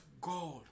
God